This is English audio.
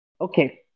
okay